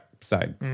side